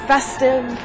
festive